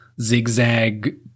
zigzag